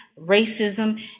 racism